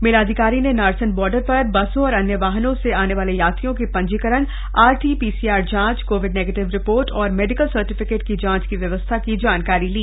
मेलाधिकारी ने नारसन बॉर्डर पर बसों और अन्य वाहनों से आने वाले यात्रियों के पंजीकरण आरटी पीसीआर जांच कोविड नेगेटिव रिपोर्ट और मेडिकल सर्टिफिकेट की जांच की व्यवस्था की जानकारी ली